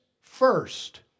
first